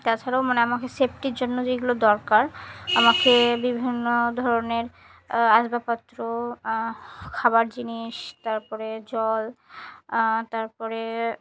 তাছাড়াও মানে আমাকে সেফটির জন্য যেইগুলো দরকার আমাকে বিভিন্ন ধরনের আসবাবপত্র খাবার জিনিস তার পরে জল তার পরে